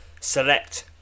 Select